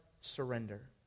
surrender